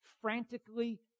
frantically